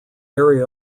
area